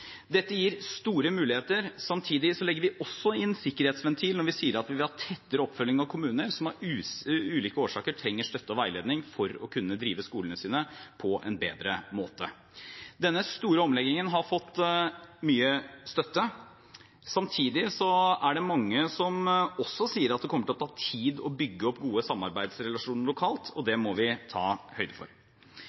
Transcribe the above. Dette gir store muligheter. Samtidig legger vi også inn en sikkerhetsventil, når vi sier at vi vil ha tettere oppfølging av kommuner som av ulike årsaker trenger støtte og veiledning for å kunne drive skolene sine på en bedre måte. Denne store omleggingen har fått mye støtte. Samtidig er det mange som også sier at det kommer til å ta tid å bygge opp gode samarbeidsrelasjoner lokalt, og det må vi ta høyde for.